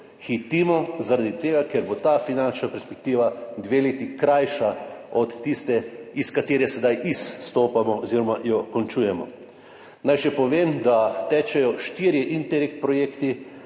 Hitimo zaradi tega, ker bo ta finančna perspektiva dve leti krajša od tiste, iz katere sedaj izstopamo oziroma jo končujemo. Naj povem še, da tečejo štirje projekti